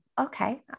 okay